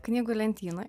knygų lentynoj